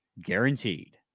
Guaranteed